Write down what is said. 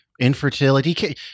Infertility